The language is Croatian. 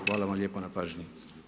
Hvala vam lijepo na pažnji.